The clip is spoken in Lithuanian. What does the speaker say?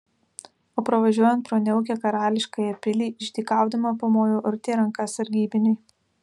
o pravažiuojant pro niaukią karališkąją pilį išdykaudama pamojo urtė ranka sargybiniui